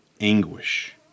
anguish